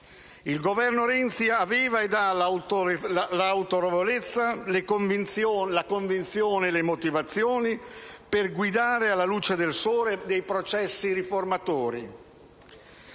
Il Governo Renzi aveva ed ha l'autorevolezza, la convinzione e le motivazioni per guidare alla luce del sole dei processi riformatori,